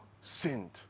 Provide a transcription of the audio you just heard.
sinned